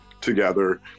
together